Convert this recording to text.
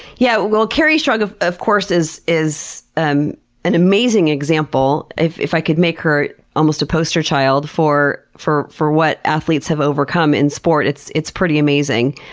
yeah well kerri strug of of course is is um an amazing example. if if i could make her almost a poster child for for what athletes have overcome in sport, it's it's pretty amazing.